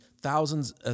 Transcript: thousands